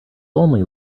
only